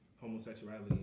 homosexuality